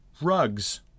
rugs